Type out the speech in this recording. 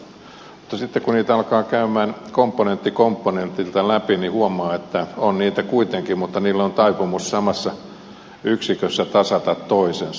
mutta sitten kun niitä alkaa käydä komponentti komponentilta läpi niin huomaa että on niitä kuitenkin mutta niillä on taipumus samassa yksikössä tasata toisensa